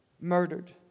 murdered